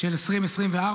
של 2024,